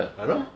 !hannor!